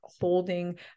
holding